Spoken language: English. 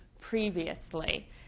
previously